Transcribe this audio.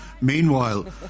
Meanwhile